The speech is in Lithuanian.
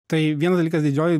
tai vienas dalykas didžioji